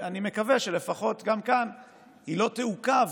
אני מקווה שלפחות כאן היא לא תעוכב,